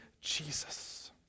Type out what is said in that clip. Jesus